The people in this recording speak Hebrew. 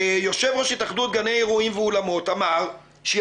יושב-ראש התאחדות גני אירועים ואולמות אמר שהם